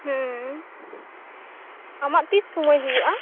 ᱦᱩᱸᱻ ᱟᱢᱟᱜ ᱛᱤᱥ ᱥᱚᱢᱚᱭ ᱦᱩᱭᱩᱜ ᱼᱟ